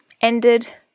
ended